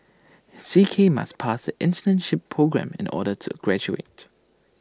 C K must pass the internship programme in order to graduate